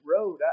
road